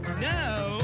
No